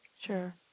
Sure